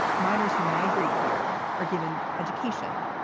minors who migrate here are given education,